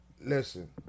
Listen